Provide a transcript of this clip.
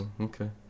Okay